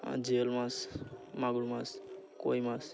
আর জিয়ল মাছ মাগুর মাছ কই মাছ